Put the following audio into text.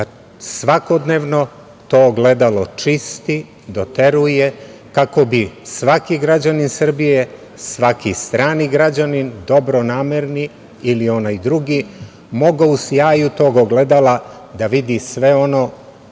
da svakodnevno to ogledalo čisti, doteruje, kako bi svaki građanin Srbije, svaki strani građanin, dobronamerni ili onaj drugi, mogao u sjaju tog ogledala da vidi sve ono